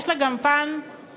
יש לה גם פן משפטי.